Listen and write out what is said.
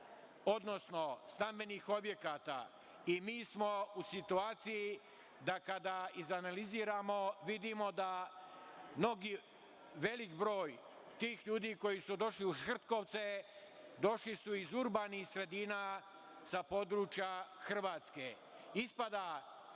odnosno stambenih objekata. Mi smo u situaciji da kada izanaliziramo vidimo da veliki broj tih ljudi koji su došli u Hrtkovce, došli su iz urbanih sredina sa područja Hrvatske. Ispada da su